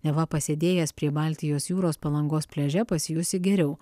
neva pasėdėjęs prie baltijos jūros palangos pliaže pasijusi geriau